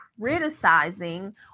criticizing